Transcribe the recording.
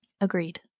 Agreed